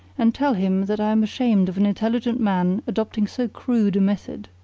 and tell him that i am ashamed of an intelligent man adopting so crude a method,